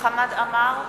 חמד עמאר,